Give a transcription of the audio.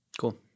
Cool